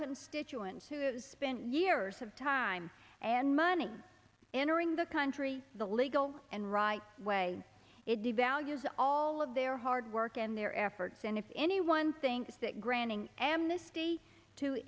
constituents whose ten years of time and money entering the country the legal and right way it devalues all of their hard work and their efforts and if anyone thinks that granting amnesty to